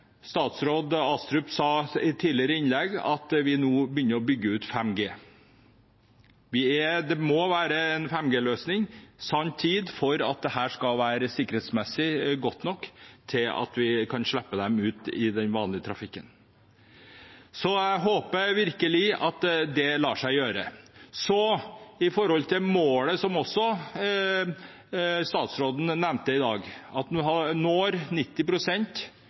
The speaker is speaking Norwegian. statsråd Astrup sa i et tidligere innlegg, at vi nå begynner å bygge ut 5G. Det må være en 5G-løsning i sanntid for at dette sikkerhetsmessig skal være godt nok til at vi kan slippe dem ut i den vanlige trafikken. Jeg håper virkelig at det lar seg gjøre. Når det gjelder målet, som også statsråden nevnte i dag, om at vi skal nå 90 pst. med 100 Mbit/s i overføringshastighet når